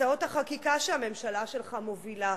הצעות החקיקה שהממשלה שלך מובילה,